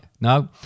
No